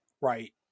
right